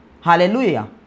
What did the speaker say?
Hallelujah